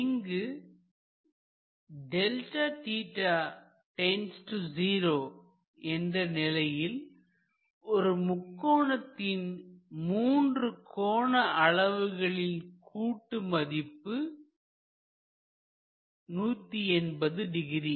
இங்கு என்ற நிலையில் ஒரு முக்கோணத்தின் மூன்று கோண அளவுகளின் கூட்டு மதிப்பு 1800